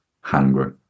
hungry